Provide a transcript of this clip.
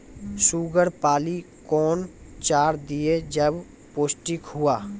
Sugar पाली कौन चार दिय जब पोस्टिक हुआ?